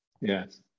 Yes